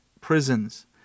prisons